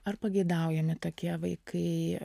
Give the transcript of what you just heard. ar pageidaujami tokie vaikai